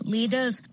Leaders